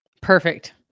Perfect